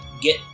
get